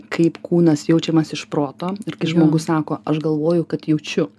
kaip kūnas jaučiamas iš proto ir kai žmogus sako aš galvoju kad jaučiu